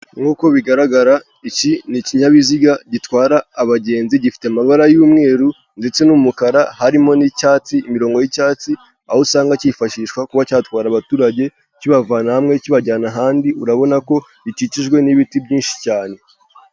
Nk'uko bigaragara iki ni ikinyabiziga gitwara abagenzi gifite amabara y'umweru ndetse n'umukara harimo n'icyatsi imirongo y'icyatsi, aho usanga cyifashishwa kuba cyatwara abaturage kibavana hamwe kibajyana ahandi, urabona ko gikikijwe n'ibiti byinshi cyane.